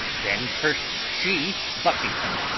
then curs'd she buckingham,